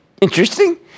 Interesting